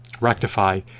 rectify